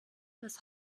das